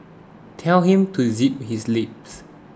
tell him to zip his lips